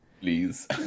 please